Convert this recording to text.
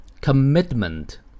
Commitment